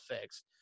fixed